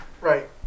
Right